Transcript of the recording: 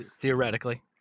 Theoretically